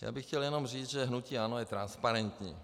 Já bych chtěl jenom říct, že hnutí ANO je transparentní.